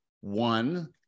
one